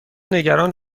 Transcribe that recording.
نگران